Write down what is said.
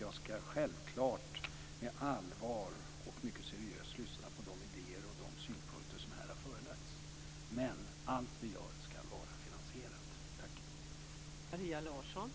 Jag ska självklart med allvar och mycket seriöst lyssna på de idéer och de synpunkter som här har förelagts, men allt vi gör ska vara finansierat.